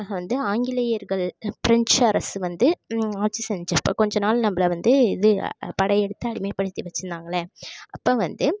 வந்து ஆங்கிலேயர்கள் பிரிஞ்சு அரசு வந்து ஆட்சி செஞ்சப்போ கொஞ்ச நாள் நம்பளை வந்து இது படையெடுத்து அடிமைப்படுத்தி வெச்சுருந்தாங்கள்ல அப்போ வந்து